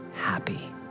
happy